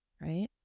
Right